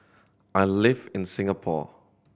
I live in Singapore